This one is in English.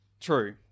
True